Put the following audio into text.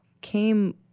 came